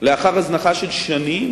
לאחר הזנחה של שנים,